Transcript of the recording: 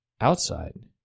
outside